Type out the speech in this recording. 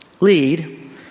lead